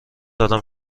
دارم